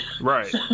right